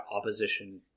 opposition